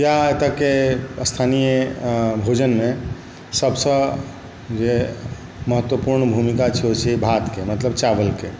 या एतऽ के स्थानीय भोजनमे सभसँ जे महत्वपुर्ण भुमिका छै ओ छै भातके मतलब चावलके